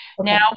Now